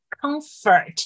comfort